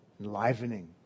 enlivening